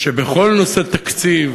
שבכל נושא תקציב